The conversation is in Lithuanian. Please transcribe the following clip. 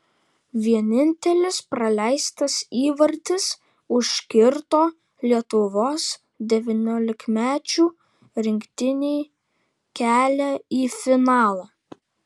vienintelis praleistas įvartis užkirto lietuvos devyniolikmečių rinktinei kelią į finalą